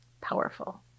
powerful